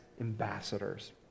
ambassadors